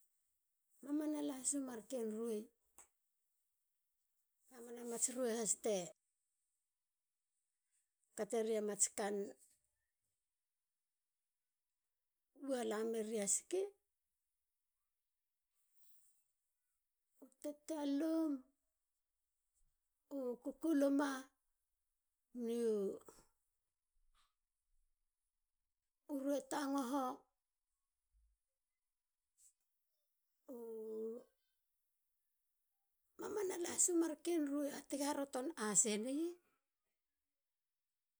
Mamana lasu marken rue te wa la ria siki. u tetelum. u kukuluma miu rue tangoho. u mamana las a man rue. ha tigi haroton asenei